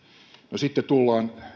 no sitten tullaan